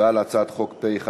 ההצבעה על הצעת חוק פ/1481,